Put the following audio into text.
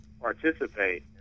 participate